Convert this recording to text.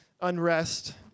unrest